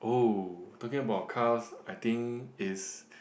oh talking about cars I think is